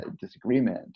disagreement